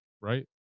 right